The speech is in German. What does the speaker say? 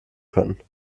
können